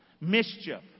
Mischief